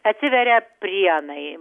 atsiveria prienai